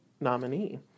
nominee